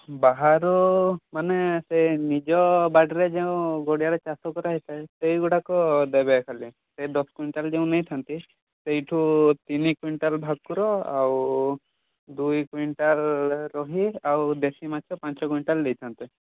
ବାହାରୁ ମାନେ ସେଇ ନିଜ ବାଡ଼ିରେ ଯେଉଁ ଗଡ଼ିଆରେ ଚାଷ କରାହୋଇଥାଏ ସେଇ ଗୁଡ଼ାକ ଦେବେ ଖାଲି ସେଇ ଦଶ କୁଇଣ୍ଟାଲ୍ ଯେଉଁ ନେଇଥାଆନ୍ତି ସେଇଠୁ ତିନି କୁଇଣ୍ଟାଲ୍ ଭାକୁର ଆଉ ଦୁଇ କୁଇଣ୍ଟାଲ୍ ରୋହି ଆଉ ଦେଶୀ ମାଛ ପାଞ୍ଚ କୁଇଣ୍ଟାଲ୍ ଦେଇଥାଆନ୍ତେ